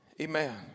amen